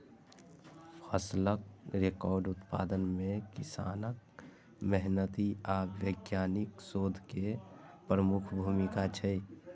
फसलक रिकॉर्ड उत्पादन मे किसानक मेहनति आ वैज्ञानिकक शोध केर प्रमुख भूमिका छै